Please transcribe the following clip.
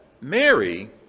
Mary